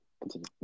continue